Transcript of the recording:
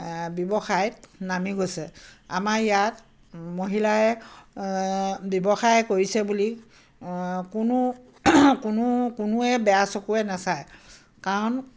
ব্যৱসায়ত নামি গৈছে আমাৰ ইয়াত মহিলাই ব্যৱসায় কৰিছে বুলি কোনো কোনো কোনোৱে বেয়া চকুৱে নাচায় কাৰণ